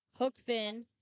Hookfin